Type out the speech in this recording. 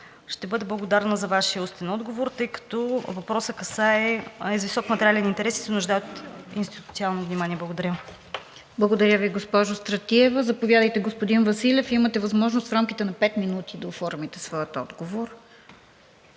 Ще бъда благодарна за Вашия устен отговор, тъй като въпросът е с висок материален интерес и се нуждае от институционално внимание. Благодаря. ПРЕДСЕДАТЕЛ РОСИЦА КИРОВА: Благодаря Ви, госпожо Стратиева. Заповядайте, господин Василев, имате възможност в рамките на пет минути да оформите своя отговор.